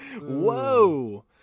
Whoa